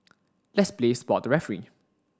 let's play spot the referee